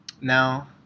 Now